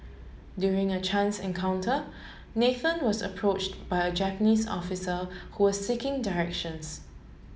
during a chance encounter Nathan was approach by a Japanese officer who was seeking directions